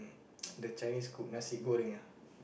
the Chinese cook nasi-goreng ah